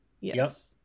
Yes